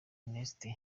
ernest